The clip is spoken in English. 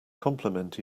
compliment